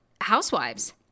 Housewives